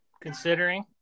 considering